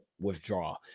withdraw